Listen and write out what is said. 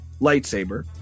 lightsaber